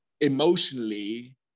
emotionally